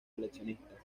coleccionistas